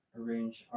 Arrange